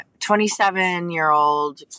27-year-old